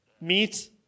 Meet